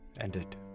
ended